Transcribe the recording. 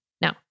No